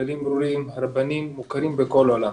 כללים ברורים ורבנים מוכרים בכל העולם.